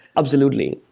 absolutely.